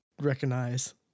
recognize